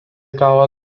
gavo